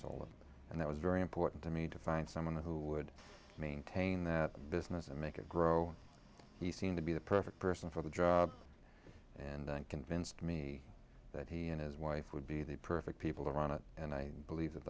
sold it and that was very important to me to find someone who would maintain that business and make it grow he seemed to be the perfect person for the job and convinced me that he and his wife would be the perfect people around it and i believe that